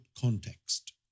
context